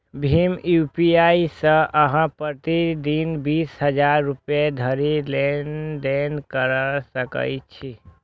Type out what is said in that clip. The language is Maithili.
भीम यू.पी.आई सं अहां प्रति दिन बीस हजार रुपैया धरि लेनदेन कैर सकै छी